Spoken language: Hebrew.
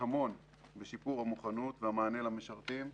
המון בשיפור המוכנות ומענה למשרתים,